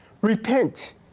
Repent